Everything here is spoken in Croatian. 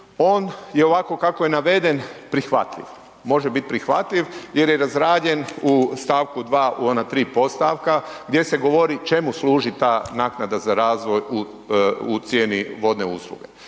on je ovako kako je naveden prihvatljiv, može biti prihvatljiv jer je razrađen u stavku 2. u ona tri podstavka gdje se govori čemu služi ta naknada za razvoj u cijeni vodne usluge.